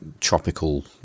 tropical